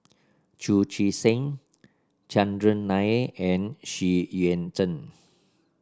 Chu Chee Seng Chandran Nair and Xu Yuan Zhen